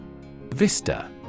Vista